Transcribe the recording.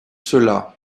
cela